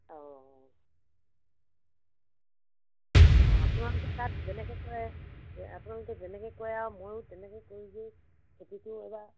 অঁ অঁ অঁ আপোনালোকে তাত যেনেকৈ কৰে আপোনালোকে যেনেকৈ কৰে আৰু মইও তেনেকৈ কৰিমগৈ খেতিটো এইবাৰ